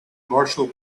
marshall